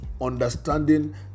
understanding